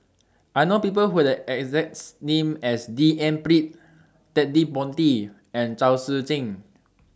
I know People Who Have The exact name as D N Pritt Ted De Ponti and Chao Tzee Cheng